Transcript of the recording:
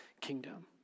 kingdom